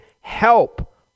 help